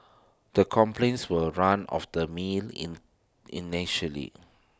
the complaints were run of the mill in initially